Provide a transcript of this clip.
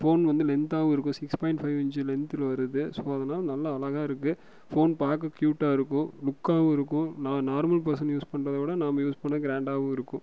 phone வந்து லென்த்தாகவும் இருக்கும் சிக்ஸ் பாயிண்ட் ஃபைவ் இன்ச் லென்த்தில் வருது ஸோ அதனால் நல்லா அழகாக இருக்குது ஃபோன் பார்க்க க்யூட்டாக இருக்கும் லுக்காகவும் இருக்கும் நார்மல் பர்சன் யூஸ் பண்ணுறத விட நாம் யூஸ் பண்ணுறதுக்கு க்ராண்டாகவும் இருக்கும்